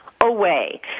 away